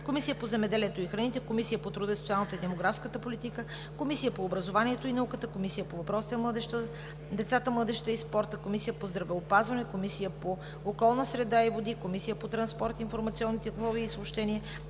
Комисията по земеделието и храните, Комисията по труда, социалната и демографската политика, Комисията по образованието и науката, Комисията по въпросите на децата, младежта и спорта, Комисията по здравеопазването, Комисията по околната среда и водите, Комисията по транспорт, информационни технологии и съобщения,